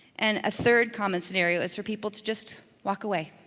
and a third common scenario is for people to just walk away.